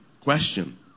question